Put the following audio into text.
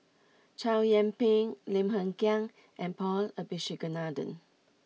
Chow Yian Ping Lim Hng Kiang and Paul Abisheganaden